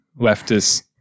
leftist